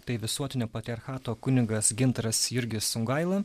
tai visuotinio patriarchato kunigas gintaras jurgis songaila